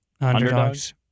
underdogs